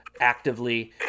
actively